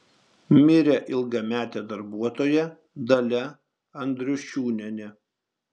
mirė ilgametė darbuotoja dalia andriušiūnienė